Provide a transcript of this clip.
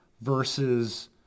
versus